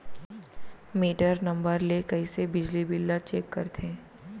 Metre number ले कइसे बिजली बिल ल चेक करथे?